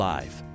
Live